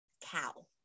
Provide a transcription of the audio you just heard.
cow